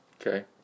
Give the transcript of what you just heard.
Okay